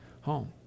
home